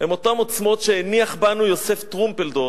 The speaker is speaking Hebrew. הן אותן עוצמות שהניח בנו יוסף טרומפלדור,